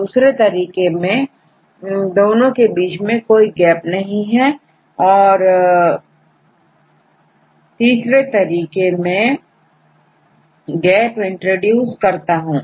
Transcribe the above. दूसरे तरीके में दोनों के बीच में कोई गैप नहीं और तीसरे में गैप इंट्रोड्यूस करता हूं